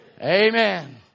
Amen